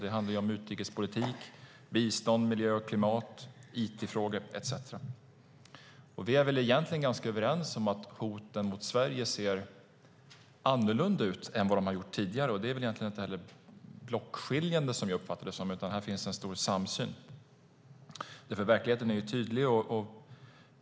Det handlar om utrikespolitik, bistånd, miljö och klimat, it-frågor etcetera. Vi är väl ganska överens om att hoten mot Sverige ser annorlunda ut än vad de har gjort tidigare. Det är nog inte heller blockskiljande, som jag uppfattar det, utan här finns en stor samsyn. Verkligheten är ju tydlig.